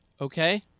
okay